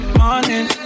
morning